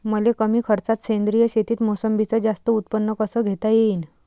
मले कमी खर्चात सेंद्रीय शेतीत मोसंबीचं जास्त उत्पन्न कस घेता येईन?